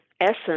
essence